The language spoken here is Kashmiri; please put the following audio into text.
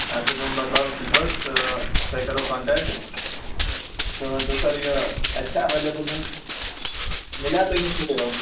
اَسہِ دوٚپ یِمن بدلاوو سیلبَس تہٕ تۄہہِ کرو کانٹیکٹہٕ تُہۍ ؤنۍتَو سر یہِ اَتہِ چھا ایویلیبٕل یِم میلیٛاہ تۄہہِ نِش یہِ